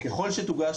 ככל שתוגש